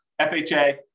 FHA